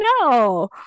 no